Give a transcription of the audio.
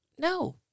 no